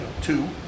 two